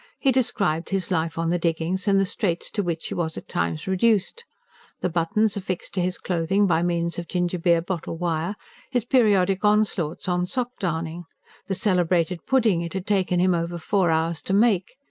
he described his life on the diggings and the straits to which he was at times reduced the buttons affixed to his clothing by means of gingerbeer-bottle wire his periodic onslaughts on sock-darning the celebrated pudding it had taken him over four hours to make.